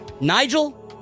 Nigel